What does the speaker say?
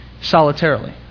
solitarily